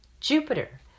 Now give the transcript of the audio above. Jupiter